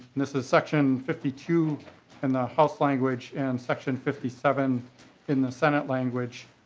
this is section fifty two in the house language and section fifty seven in the senate language.